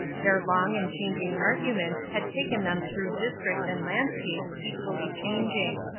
their long and changing argument had taken them through districts and landscapes equally changing.